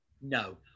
No